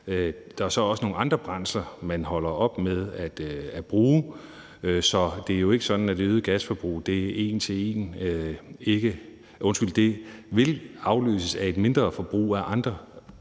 Der er så også nogle andre brændsler, man holder op med at bruge, så det er jo ikke sådan en til en, for det øgede gasforbrug vil følges af et mindre forbrug af andre fossile